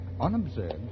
Unobserved